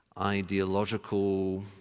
ideological